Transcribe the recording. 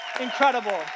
Incredible